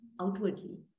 outwardly